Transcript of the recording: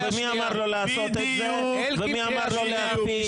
-- מי אמר לו לעשות את זה ומי אמר לו --- אלקין,